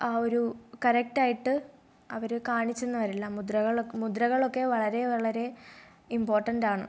ആ ഒരു കറക്റ്റായിട്ട് അവർ കാണിച്ചെന്ന് വരില്ല മുദ്രകൾ മുദ്രകളൊക്കെ വളരെ വളരെ ഇമ്പോർട്ടൻ്റ് ആണ്